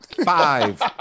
Five